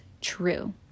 true